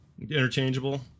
Interchangeable